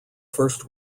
first